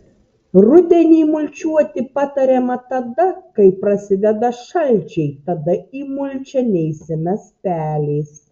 rudenį mulčiuoti patariama tada kai prasideda šalčiai tada į mulčią neįsimes pelės